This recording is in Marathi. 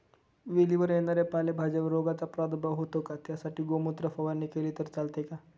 वेलीवर येणाऱ्या पालेभाज्यांवर रोगाचा प्रादुर्भाव होतो का? त्यासाठी गोमूत्र फवारणी केली तर चालते का?